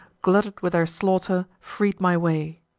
glutted with their slaughter, freed my way.